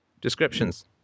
Descriptions